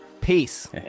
Peace